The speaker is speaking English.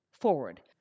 forward